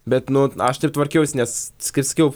bet nu aš taip tvarkiausi nes kaip sakiau